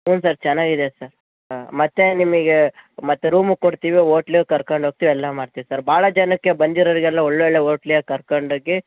ಹ್ಞೂ ಸರ್ ಚೆನ್ನಾಗಿದೆ ಸರ್ ಹಾಂ ಮತ್ತೆ ನಿಮಗೆ ಮತ್ತೆ ರೂಮು ಕೊಡ್ತೀವಿ ಓಟ್ಲಗೆ ಕರ್ಕೊಂಡು ಹೋಗ್ತಿವ್ ಎಲ್ಲ ಮಾಡ್ತಿವಿ ಸರ್ ಭಾಳ ಜನಕ್ಕೆ ಬಂದಿರೋರಿಗೆಲ್ಲ ಒಳ್ಳೊಳ್ಳೆ ಓಟ್ಲಿಗೆ ಕರ್ಕೊಂಡು ಹೋಗಿ